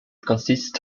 consists